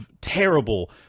terrible